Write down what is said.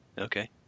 Okay